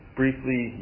briefly